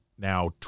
Now